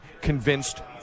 convinced